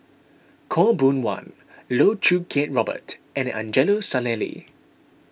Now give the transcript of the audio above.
Khaw Boon Wan Loh Choo Kiat Robert and Angelo Sanelli